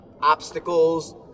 obstacles